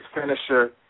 finisher